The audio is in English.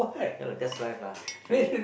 ya lah that's life lah treasure